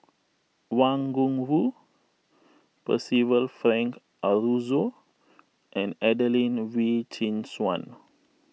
Wang Gungwu Percival Frank Aroozoo and Adelene Wee Chin Suan